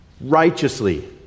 righteously